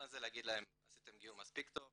הזה להגיד להם "עשיתם גיור מספיק טוב,